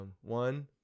One